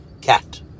cat